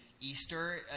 Easter